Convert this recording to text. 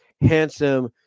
handsome